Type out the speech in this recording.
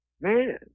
man